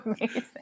amazing